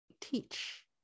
teach